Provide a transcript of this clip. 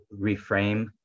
reframe